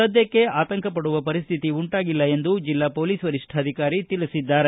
ಸದ್ದಕ್ಕೆ ಆತಂಕ ಪಡುವ ಪರಿಸ್ಥಿತಿ ಉಂಟಾಗಿಲ್ಲ ಎಂದು ಜೆಲ್ಲಾ ಮೊಲೀಸ್ ವರಿಷ್ಠಾಧಿಕಾರಿ ತಿಳಿಸಿದ್ದಾರೆ